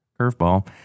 curveball